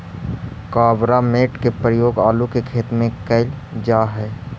carbamate के प्रयोग आलू के खेत में कैल जा हई